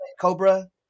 Cobra